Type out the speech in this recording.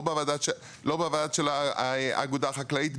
לא בוועדה של האגודה החקלאית,